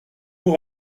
vous